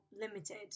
limited